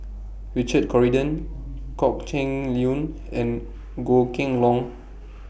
Richard Corridon Kok Heng Leun and Goh Kheng Long